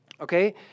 Okay